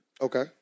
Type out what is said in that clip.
Okay